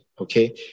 okay